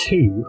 Two